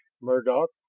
murdock,